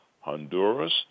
Honduras